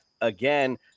again